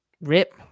Rip